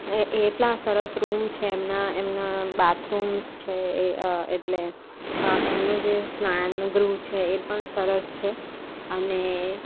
એ એટલા સરસ રૂમ છે એમના એમના બાથરૂમ્સ છે એ એટલે એમનું જે સ્નાન ગૃહ છે એ પણ સરસ છે અને